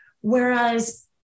Whereas